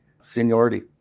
seniority